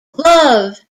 love